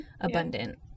abundant